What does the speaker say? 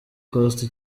coast